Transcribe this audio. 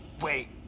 wait